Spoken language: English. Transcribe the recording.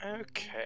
okay